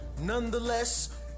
Nonetheless